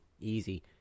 easy